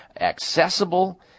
accessible